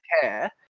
care